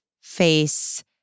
face